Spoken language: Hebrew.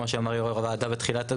כמו שאמר יו"ר הוועדה בתחילת,